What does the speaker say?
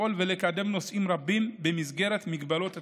לפעול ולקדם נושאים רבים במסגרת מגבלות התקציב.